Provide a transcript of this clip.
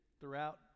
throughout